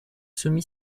semi